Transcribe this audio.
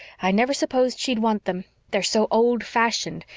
i never supposed she'd want them they're so old-fashioned,